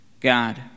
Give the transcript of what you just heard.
God